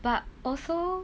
but also